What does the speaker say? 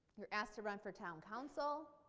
you're asked to run for town council.